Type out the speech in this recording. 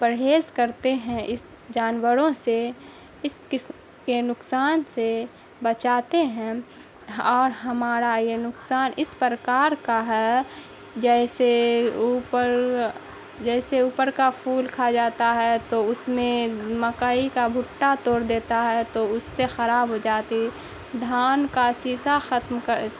پرہیز کرتے ہیں اس جانوروں سے اس قسم کے نقصان سے بچاتے ہیں اور ہمارا یہ نقصان اس پرکار کا ہے جیسے اوپر جیسے اوپر کا پھول کھا جاتا ہے تو اس میں مکئی کا بھٹا توڑ دیتا ہے تو اس سے خراب ہو جاتی ہے دھان کا سیسہ ختم کر